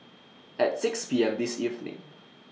At six P M This evening